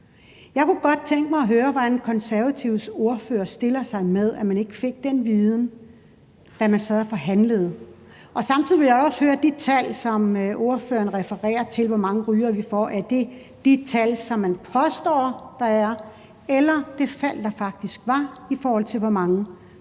Jeg kunne godt tænke mig at høre, hvordan Det Konservative Folkeparti har det med, at man ikke fik den viden, da man sad og forhandlede. Samtidig vil jeg også spørge til de tal, som ordføreren refererer til, for, hvor mange rygere vi får af det – altså de tal, som man påstår der er – og til det fald, der faktisk var, i forhold til hvor mange